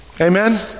Amen